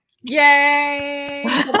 Yay